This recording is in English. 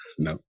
No